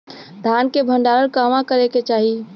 धान के भण्डारण कहवा करे के चाही?